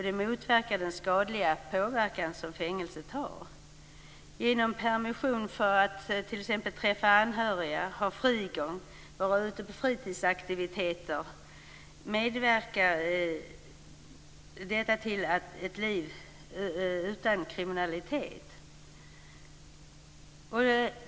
Det motverkar den skadliga påverkan som fängelsestraff har. Permissioner för att träffa anhöriga, frigång och fritidsaktiviteter medverkar till ett icke-kriminellt liv.